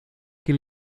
que